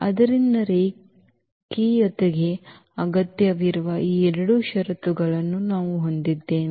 ಆದ್ದರಿಂದ ರೇಖೀಯತೆಗೆ ಅಗತ್ಯವಿರುವ ಈ ಎರಡು ಷರತ್ತುಗಳನ್ನು ನಾವು ಹೊಂದಿದ್ದೇವೆ